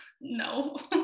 No